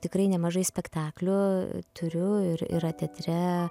tikrai nemažai spektaklių turiu ir yra teatre